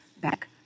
back